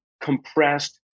compressed